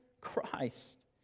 Christ